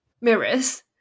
mirrors